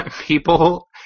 people